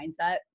mindset